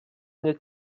nke